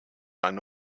eine